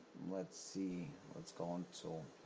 let's see. let's go into